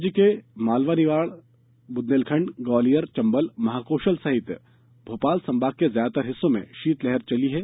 राज्य के मालवा निवाड़ बुंदेलखण्ड ग्वालियर चंबल महाकौशल सहित भोपाल संभाग के ज्यादातर हिस्सों में शीतलहर चल रही है